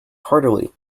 heartily